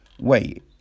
wait